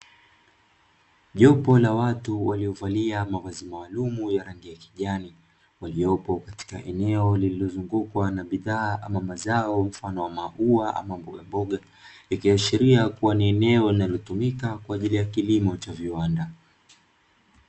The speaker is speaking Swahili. Jopo la watu waliovalia mavazi maalumu ya rangi ya kijani, waliopo katika eneo lililozungukwa na bidhaa ama mazao mfano wa maua ama mbogamboga, likiashiria kuwa ni eneo linalotumika kwa ajili ya kilimo cha viwanda.